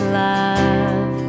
love